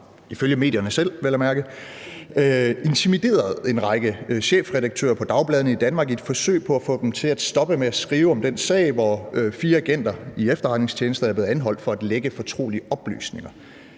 ifølge medierne selv vel at mærke, intimideret en række chefredaktører på dagbladene i Danmark i et forsøg på at få dem til at stoppe med at skrive om den sag, hvor fire agenter i efterretningstjenester er blevet anholdt for at lække fortrolige oplysninger.